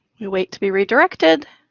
you wait to be redirected.